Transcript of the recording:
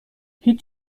هیچ